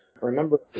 remember